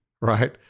right